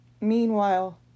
Meanwhile